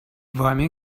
вами